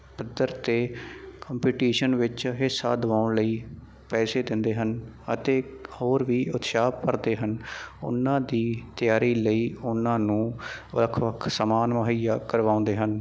ਪੱਧਰ 'ਤੇ ਕੰਪਟੀਸ਼ਨ ਵਿੱਚ ਹਿੱਸਾ ਦਿਵਾਉਣ ਲਈ ਪੈਸੇ ਦਿੰਦੇ ਹਨ ਅਤੇ ਹੋਰ ਵੀ ਉਤਸ਼ਾਹ ਭਰਦੇ ਹਨ ਉਹਨਾਂ ਦੀ ਤਿਆਰੀ ਲਈ ਉਹਨਾਂ ਨੂੰ ਵੱਖ ਵੱਖ ਸਮਾਨ ਮੁਹੱਈਆ ਕਰਵਾਉਂਦੇ ਹਨ